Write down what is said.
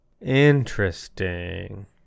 Interesting